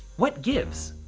what gives?